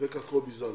אווקה קובי זנה.